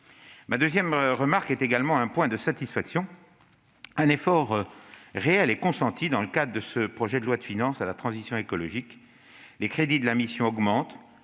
Ma deuxième remarque est également un point de satisfaction. Un effort réel est consacré, dans le cadre de ce projet de loi de finances, à la transition écologique. Les crédits de la mission augmentent